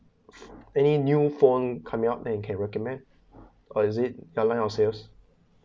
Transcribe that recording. any new phone coming up that you can recommend or is it the line of sales